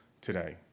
today